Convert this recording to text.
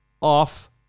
off